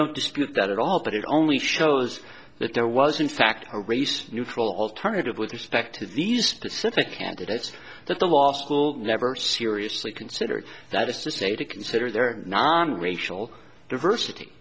don't dispute that at all but it only shows that there was in fact a race neutral alternative with respect to these specific candidates that the law school never seriously considered that is to say to consider their non racial diversity